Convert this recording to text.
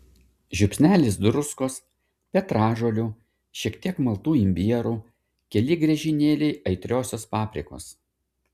žiupsnelis druskos petražolių šiek tiek maltų imbierų keli griežinėliai aitriosios paprikos